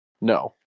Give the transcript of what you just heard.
No